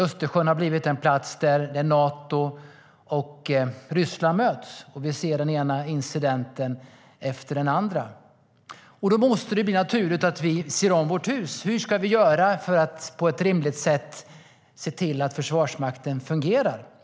Östersjön har blivit en plats där Nato och Ryssland möts, och vi ser den ena incidenten efter den andra. Då måste det bli naturligt att vi ser om vårt hus. Hur ska vi göra för att på ett rimligt sätt se till att Försvarsmakten fungerar?